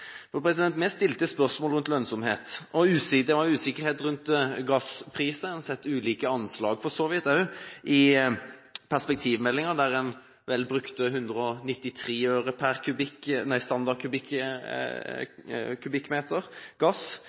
Vi stilte spørsmål om lønnsomhet. Det var usikkerhet om gasspriser, og en hadde for så vidt også sett ulike anslag – i perspektivmeldingen brukte en vel 193 øre per standard kubikkmeter gass,